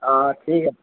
অঁ ঠিক আছে